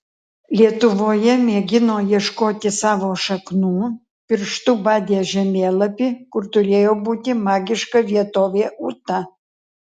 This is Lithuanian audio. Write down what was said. lietuvoje mėgino ieškoti savo šaknų pirštu badė žemėlapį kur turėjo būti magiška vietovė ūta